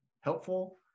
helpful